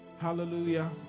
hallelujah